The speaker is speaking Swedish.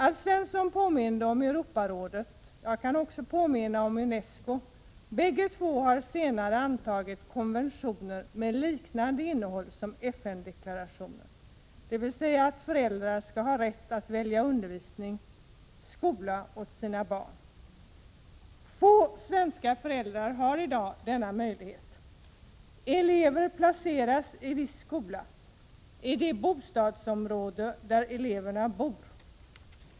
Alf Svensson påminde om Europarådet. Jag kan också påminna om UNESCO. Bägge två har senare antagit konventioner med innehåll som liknar FN-deklarationen, dvs. att föräldrar skall ha rätt att välja undervisning, skola, åt sina barn. Få svenska föräldrar har i dag denna möjlighet. Eleverna placeras i viss skola i det bostadsområde där eleverna bor.